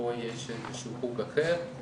פה יש איזשהו חוג אחר,